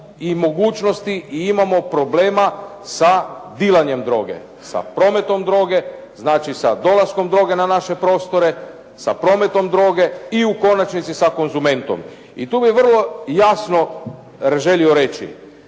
i mogućnosti i imamo problema sa dilanjem droge, sa prometom droge, znači sa dolaskom droge na naše prostore, sa prometom droge i u konačnici sa konzumentom. I tu bih vrlo jasno želio reći